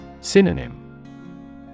Synonym